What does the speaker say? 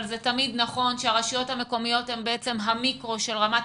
אבל זה תמיד נכון שהרשויות המקומיות הן בעצם המיקרו של רמת